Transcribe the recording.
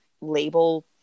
label